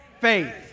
faith